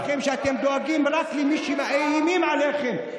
בושה לכם שאתם דואגים רק למי שמאיימים עליכם,